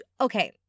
Okay